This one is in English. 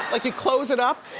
like, you close it up.